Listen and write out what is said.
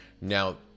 Now